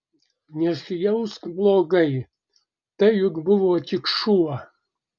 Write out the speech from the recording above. nesijausk blogai tai juk buvo tik šuo